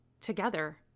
together